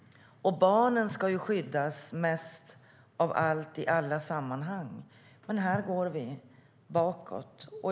Barnen ska ju skyddas mest i alla sammanhang, men här går vi bakåt.